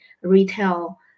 retail